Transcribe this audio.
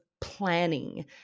planning